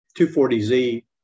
240Z